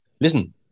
listen